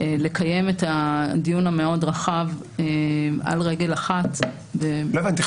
לקיים את הדיון המאוד רחב על רגל אחת --- לא הבנתי.